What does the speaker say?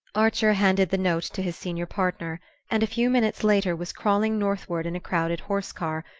archer handed the note to his senior partner, and a few minutes later was crawling northward in a crowded horse-car,